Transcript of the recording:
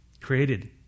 Created